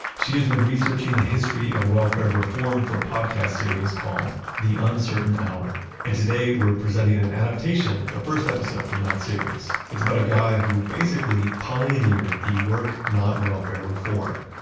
she has been researching the history of welfare reform for a podcast series called the uncertain hour and today we're presenting an adaptation of the first episode from that series. it's about a guy who basically pioneered the work, not welfare reform.